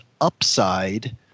upside